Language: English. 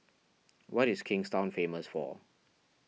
what is Kingstown famous for